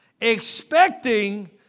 expecting